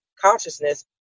consciousness